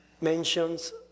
mentions